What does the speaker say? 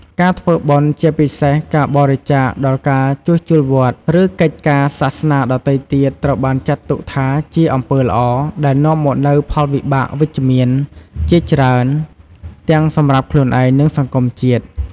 ការធ្វើបុណ្យ ជាពិសេសការបរិច្ចាគដល់ការជួសជុលវត្ត ឬកិច្ចការសាសនាដទៃទៀត ត្រូវបានចាត់ទុកថាជា អំពើល្អ ដែលនាំមកនូវផលវិបាកវិជ្ជមានជាច្រើន ទាំងសម្រាប់ខ្លួនឯង និងសង្គមជាតិ។